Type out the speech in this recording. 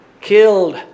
killed